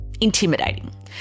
intimidating